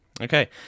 Okay